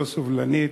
לא סובלנית,